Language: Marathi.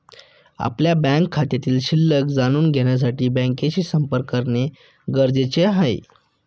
आपल्या बँक खात्यातील शिल्लक जाणून घेण्यासाठी बँकेशी संपर्क करणे गरजेचे आहे